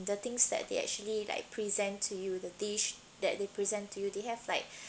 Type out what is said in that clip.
the things that they actually like present to you the dish that they present to you they have like